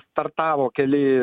startavo keli